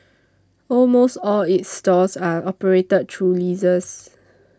almost all its stores are operated through leases